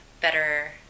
better